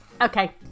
Okay